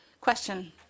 Question